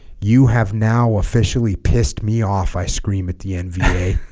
you have now officially pissed me off i scream at the nva